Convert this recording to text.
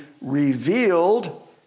revealed